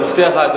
אני מבטיח לך,